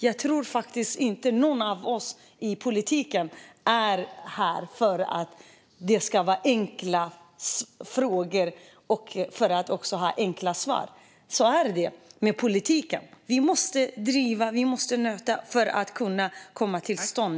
Jag tror faktiskt inte att någon av oss är i politiken bara för att jobba med enkla frågor med enkla svar. Så är det med politiken. Vi måste möta detta för att få en förändring till stånd.